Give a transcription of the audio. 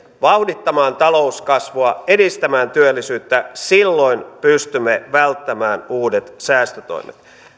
vauhdittamaan talouskasvua edistämään työllisyyttä silloin pystymme välttämään uudet säästötoimet